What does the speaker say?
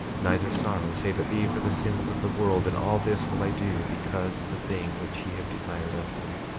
neither sorrow save it be for the sins of the world and all this will i do because of the thing which ye have desired of me,